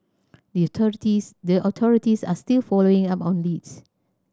the authorities the authorities are still following up on leads